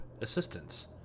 assistance